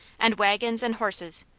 and wagons, and horses,